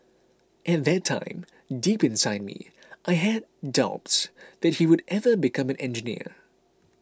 at that time deep inside me I had doubts that he would ever become an engineer